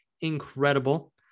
Incredible